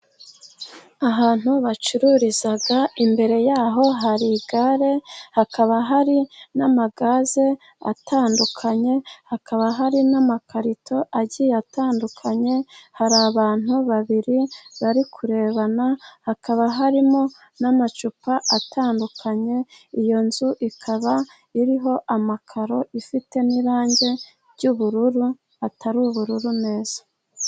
Ahantu bacururiza imbere yaho hari igare, hakaba hari n'amagazi atandukanye. Hakaba hari n'amakarito agiye atandukanye, hari abantu babiri bari kurebana. Hakaba harimo n'amacupa atandukanye. Iyo nzu ikaba iriho amakaro ifite n'irangi ry'ubururu atari ubururu neza.